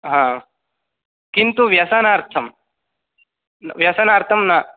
हा किन्तु व्यसनार्थम् व्यसनार्थं न